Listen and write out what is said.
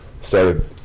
started